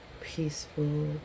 peaceful